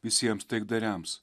visiems taikdariams